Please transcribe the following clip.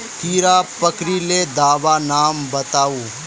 कीड़ा पकरिले दाबा नाम बाताउ?